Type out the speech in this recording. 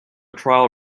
trial